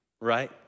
right